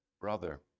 brother